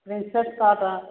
princess cut